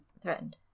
Threatened